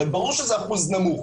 הרי ברור שזה אחוז נמוך.